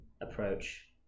approach